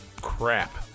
Crap